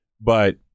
But-